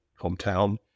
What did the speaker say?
hometown